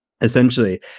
essentially